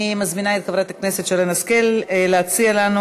אני מזמינה את חברת הכנסת שרן השכל להציג לנו